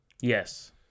Yes